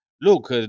look